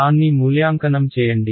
దాన్ని మూల్యాంకనం చేయండి